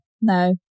no